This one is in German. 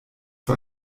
für